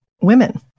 women